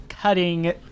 cutting